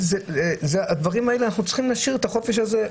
אנחנו צריכים להשאיר את החופש הזה.